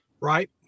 Right